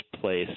place